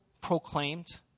proclaimed